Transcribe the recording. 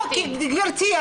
גברתי,